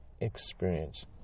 experience